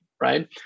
right